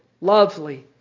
lovely